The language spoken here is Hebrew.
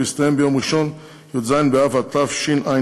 ויסתיים ביום ראשון י"ז באב התשע"ה,